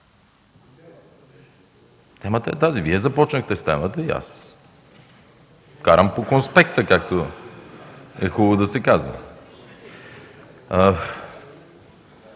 Темата е тази. Вие започнахте с темата и аз карам по конспект, както е хубаво да се казва.